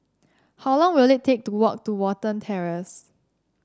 how long will it take to walk to Watten Terrace